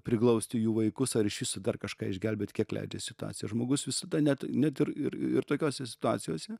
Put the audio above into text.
priglausti jų vaikus ar iš viso dar kažką išgelbėt kiek leidžia situacija žmogus visada net net ir ir ir tokiose situacijose